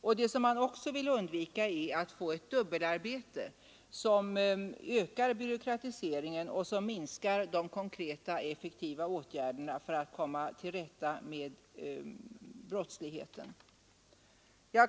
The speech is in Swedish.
Man vill också undvika ett dubbelarbete, som ökar byråkratiseringen och minskar de konkreta effektiva åtgärderna för att komma till rätta med brottsligheten.